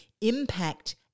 impact